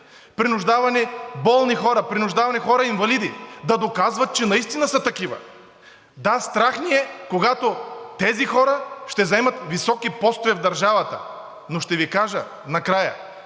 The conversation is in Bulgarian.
принуждавани болни хора, принуждавани хора инвалиди да доказват, че наистина са такива. Да, страх ни е, когато тези хора ще заемат високи постове в държавата. Но ще Ви кажа накрая: